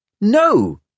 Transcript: No